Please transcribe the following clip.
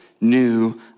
new